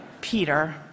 Peter